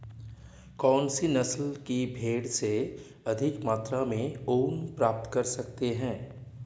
कौनसी नस्ल की भेड़ से अधिक मात्रा में ऊन प्राप्त कर सकते हैं?